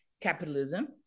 capitalism